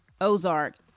Ozark